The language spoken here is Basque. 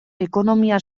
ekonomia